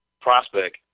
prospect